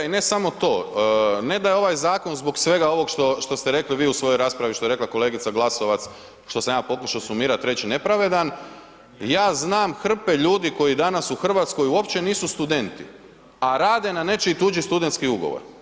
I ne samo to, ne da je ovaj zakon zbog svega ovog što ste vi rekli u svojoj raspravi i što je rekla kolegica Glasovac što sam ja pokušao sumirati i reći nepravedan, ja znam hrpe ljudi koji danas u Hrvatskoj uopće nisu studenti, a rade na nečiji tuđi studentski ugovor.